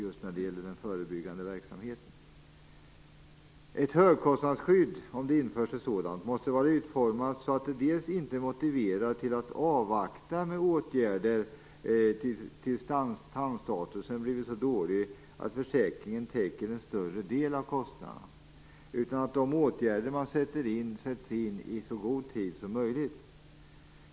Om det införs ett högkostnadsskydd måste det vara utformat så att det inte motiverar till att avvakta med åtgärder till dess att tandstatusen har blivit så dålig att försäkringen täcker en större del av kostnaderna. Åtgärderna bör sättas in i så god tid som möjligt.